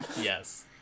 Yes